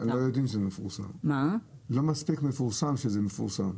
זה לא מספיק מפורסם שזה מפורסם.